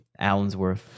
Allensworth